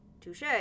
Touche